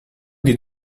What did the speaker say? did